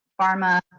pharma